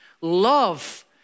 Love